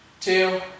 two